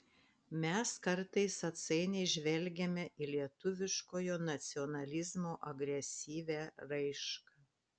mes kartais atsainiai žvelgiame į lietuviškojo nacionalizmo agresyvią raišką